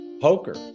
Poker